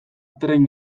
tren